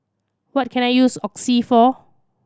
what can I use Oxy for